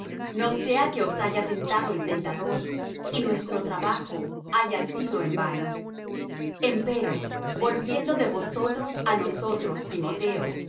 no sea que os haya tentado el tentador y que nuestro trabajo haya sido en vano empero volviendo de vosotros á nosotros timoteo